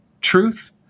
truth